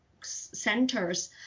centers